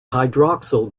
hydroxyl